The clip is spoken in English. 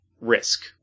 risk